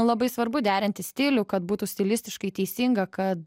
labai svarbu derinti stilių kad būtų stilistiškai teisinga kad